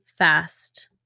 fast